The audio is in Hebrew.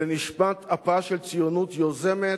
לנשמת אפה של ציונות יוזמת,